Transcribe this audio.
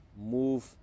move